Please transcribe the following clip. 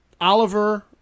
Oliver